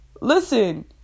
listen